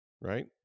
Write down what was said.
right